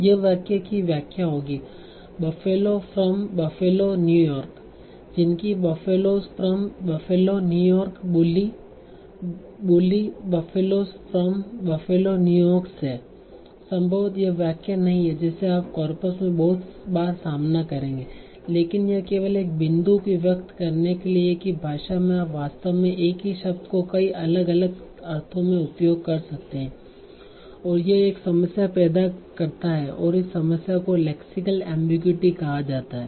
यह वाक्य की व्याख्या होगी buffaloes फ्रॉम buffalo न्यूयॉर्क जिनकी buffaloes from buffalo New York bully bully buffaloes from buffalo New York से संभवतः वह वाक्य नहीं है जिसे आप कॉर्पस में बहुत बार सामना करेंगे लेकिन यह केवल एक बिंदु को व्यक्त करने के लिए है कि भाषा में आप वास्तव में एक ही शब्द को कई अलग अलग अर्थों में उपयोग कर सकते हैं और यह एक समस्या पैदा करता है और इस समस्या को लेक्सिकल एमबीगुइटी कहा जाता है